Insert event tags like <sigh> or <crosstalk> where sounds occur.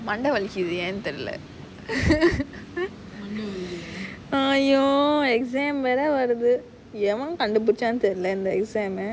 மண்டை வலிக்கிது ஏன்னு தெரில:mandai valikithu yaenu terila <laughs> !aiyo! exam வேற வர வருது எவன் கண்டு பிடிச்சானு தெரில இத:vera vara varuthu evan kandu pidichaanu terila itha exam eh